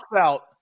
out